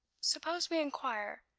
suppose we inquire?